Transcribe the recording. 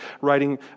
writing